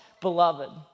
beloved